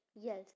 Yes